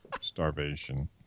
starvation